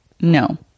no